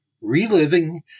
Reliving